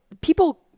people